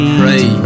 pray